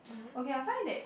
okay I find that